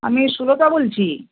আমি সুলতা বলছি